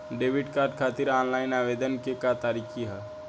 Debit card खातिर online आवेदन के का तरीकि ह?